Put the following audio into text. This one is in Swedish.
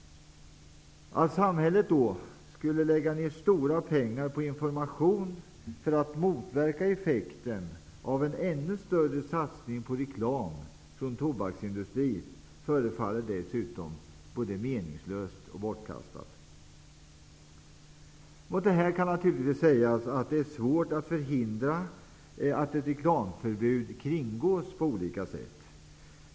Att samhället skall lägga ner stora pengar på information för att motverka effekten av ännu större satsningar på reklam från tobaksindustrin förefaller dessutom både meningslöst och bortkastat. Mot detta kan naturligtvis sägas att det är svårt att förhindra att ett reklamförbud kringgås på olika sätt.